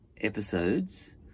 episodes